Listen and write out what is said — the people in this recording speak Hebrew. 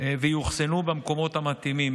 ויאוחסנו במקומות המתאימים.